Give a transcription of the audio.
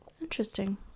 Interesting